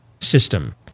system